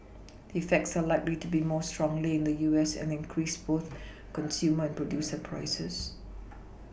effects are likely to be felt more strongly in the U S and increase both consumer and producer prices